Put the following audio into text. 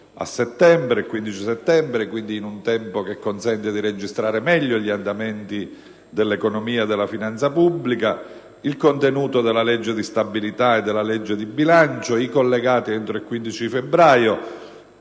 DPEF, al 15 settembre (quindi in un tempo che consente di registrare meglio gli andamenti dell'economia e della finanza pubblica ed il contenuto della legge di stabilità e della legge di bilancio), nonché dei collegati entro il 15 febbraio: